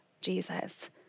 Jesus